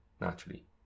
naturally